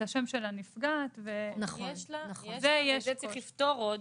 את השם של הנפגעת --- את זה צריך לפתור עוד,